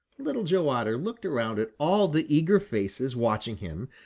little joe otter looked around at all the eager faces watching him,